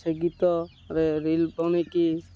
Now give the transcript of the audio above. ସେ ଗୀତରେ ରିଲ୍ ବନେଇକି